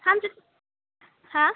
सानसे हा